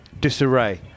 disarray